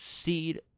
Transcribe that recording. seed